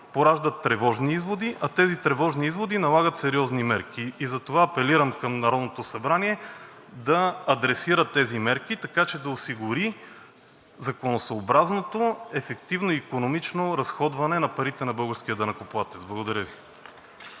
пораждат тревожни изводи, а тези тревожни изводи налагат сериозни мерки. Затова апелирам към Народното събрание: да адресира тези мерки, така че да осигури законосъобразното, ефективно, икономично разходване на парите на българския данъкоплатец. Благодаря Ви.